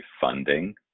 funding